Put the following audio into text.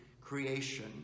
creation